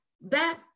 that-